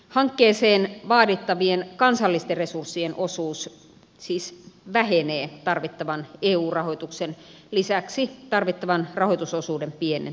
hankkeeseen vaadittavien kansallisten resurssien osuus siis vähenee eu rahoituksen lisäksi tarvittavan rahoitusosuuden pienentyessä